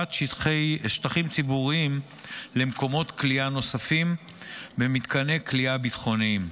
שטחים ציבוריים למקומות כליאה נוספים במתקני כליאה ביטחוניים.